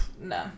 no